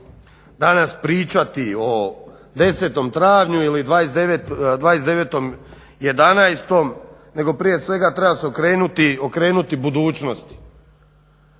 danas pričati o 10.travnju ili 29.11.nego prije svega treba se okrenuti budućnosti.